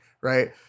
right